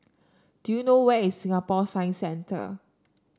do you know where is Singapore Science Centre